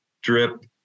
drip